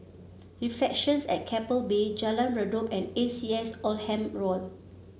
Reflections at Keppel Bay Jalan Redop and A C S Oldham Hall